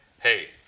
hey